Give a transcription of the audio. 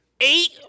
Eight